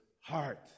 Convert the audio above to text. heart